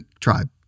tribe